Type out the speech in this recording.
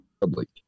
public